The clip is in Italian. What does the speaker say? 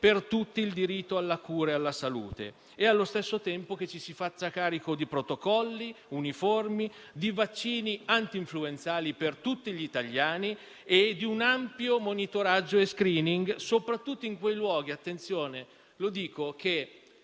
per tutti il diritto alla cura e alla salute e allo stesso tempo che ci si faccia carico di protocolli uniformi, di vaccini antinfluenzali per tutti gli italiani e di un ampio monitoraggio e *screening*, soprattutto in quei luoghi